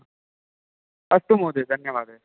अस्तु महोदय धन्यवादः